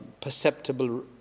perceptible